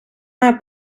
має